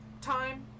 time